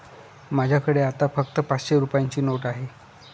माझ्याकडे आता फक्त पाचशे रुपयांची नोट आहे